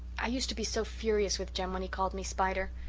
i used to be so furious with jem when he called me spider.